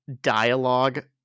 dialogue